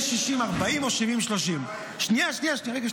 יש 60/40 או 70/30. --- רגע,